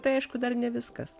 tai aišku dar ne viskas